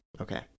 okay